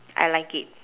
I like it